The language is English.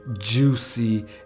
juicy